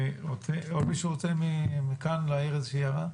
עוד מישהו רוצה מכאן להעיר איזושהי הערה.